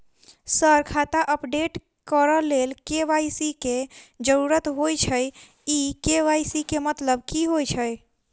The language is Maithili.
सर खाता अपडेट करऽ लेल के.वाई.सी की जरुरत होइ छैय इ के.वाई.सी केँ मतलब की होइ छैय?